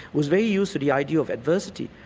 was very used to the idea of adversity,